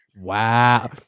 wow